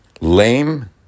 Lame